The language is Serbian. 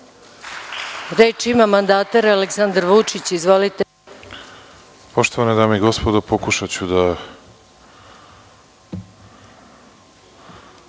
ima mandatar Aleksandar Vučić. Izvolite.